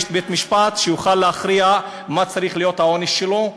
יש בית-משפט שיוכל להכריע מה צריך להיות העונש שלו.